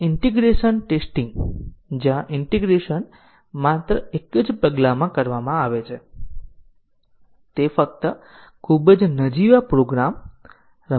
કદાચ આપણે અંકગણિત ઓપરેટરને વત્તાથી ઓછામાં બદલીએ અથવા કદાચ આપણે વેરિયેબલનો પ્રકાર બદલ્યો